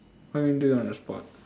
what you mean do it on the spot